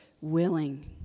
willing